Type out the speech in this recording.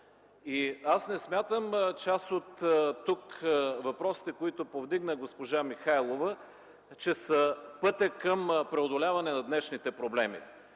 Не смятам, че част от въпросите, които повдигна тук госпожа Михайлова, са пътят към преодоляване на днешните проблеми.